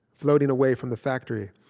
floating away from the factory,